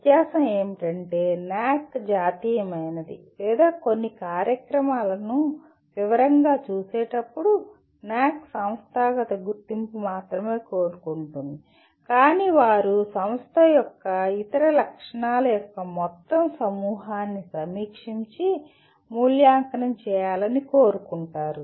వ్యత్యాసం ఏమిటంటే NAAC జాతీయమైనది లేదా కొన్ని కార్యక్రమాలను వివరంగా చూసేటప్పుడు NAAC సంస్థాగత గుర్తింపు మాత్రమే కోరుకుంటుంది కాని వారు సంస్థ యొక్క ఇతర లక్షణాల యొక్క మొత్తం సమూహాన్ని సమీక్షించి మూల్యాంకనం చేయాలని కోరుకుంటారు